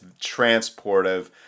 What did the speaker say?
transportive